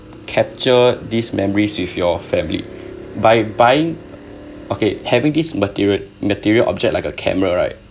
capture these memories with your family by buying okay having this material material object like a camera right